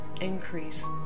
increase